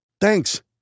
Thanks